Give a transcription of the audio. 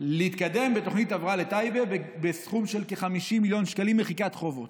להתקדם בתוכנית ההבראה לטייבה בסכום של כ-50 מיליון שקלים מחיקת חובות.